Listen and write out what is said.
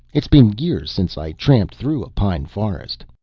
it's been years since i tramped through a pine forest.